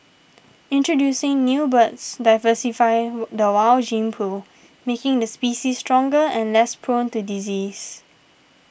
introducing new birds diversify the wild gene pool making the species stronger and less prone to disease